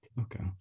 okay